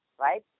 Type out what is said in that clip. right